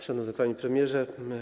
Szanowny Panie Premierze!